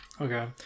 Okay